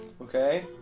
Okay